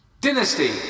Dynasty